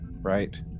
right